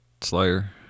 Slayer